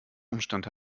umstand